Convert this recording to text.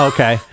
Okay